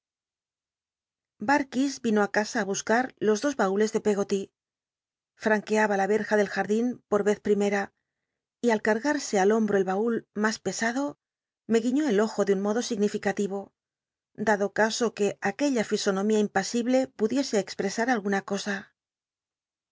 vino á casa á buscar los dos baules de peggoly fl'anqueaba la cija del jardín por yez primera y al cargarse al hombro el baul mas csado me guiñó el ojo de un modo significatil'o dado caso que aquella fisonomía impasible pudiese expresa alguna cosa